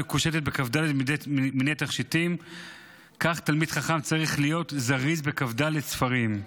"בכ"ד מיני תכשיטים כך תלמיד חכם צריך להיות זריז בכ"ד ספרים".